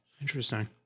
Interesting